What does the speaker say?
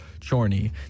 Chorney